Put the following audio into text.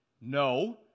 No